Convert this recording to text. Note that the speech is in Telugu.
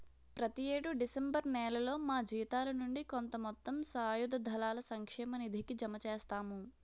ప్రతి యేడు డిసెంబర్ నేలలో మా జీతాల నుండి కొంత మొత్తం సాయుధ దళాల సంక్షేమ నిధికి జమ చేస్తాము